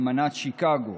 אמנת שיקגו.